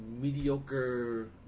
mediocre